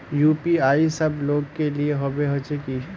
UPI सब लोग के लिए होबे होचे की?